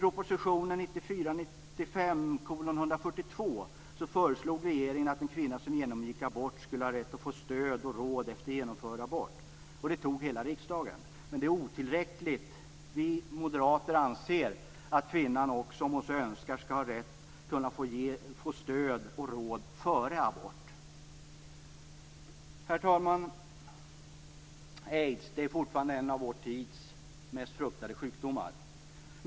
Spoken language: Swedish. I proposition 1994/95:142 föreslog regeringen att en kvinna som genomgår abort skulle ha rätt att få stöd och råd efter genomförd abort. Detta antog hela riksdagen men det är otillräckligt. Aids är fortfarande en av vår tids mest fruktade sjukdomar.